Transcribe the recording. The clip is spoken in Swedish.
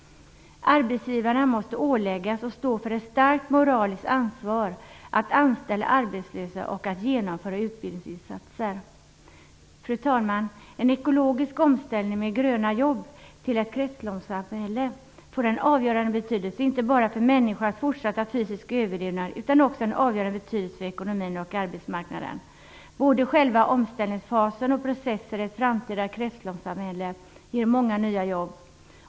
Arbetsgivarna måste åläggas att stå för ett starkt moraliskt ansvar att anställa arbetslösa och att genomföra utbildningsinsatser. Fru talman! En ekologisk omställning med gröna jobb till ett kretsloppssamhälle får en avgörande betydelse, inte bara för människans fortsatta fysiska överlevnad utan det har också en avgörande betydelse för ekonomin och arbetsmarknaden. Både själva omställningsfasen och processer i ett framtida kretsloppssamhälle ger många nya jobb.